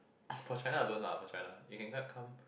for China alone lah for China you can cut come